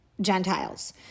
Gentiles